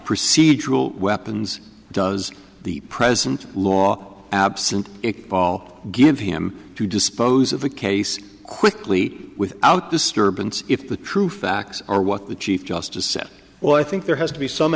procedural weapons does the present law absent paul give him to dispose of a case quickly without disturbance if the true facts are what the chief justice said well i think there has to be some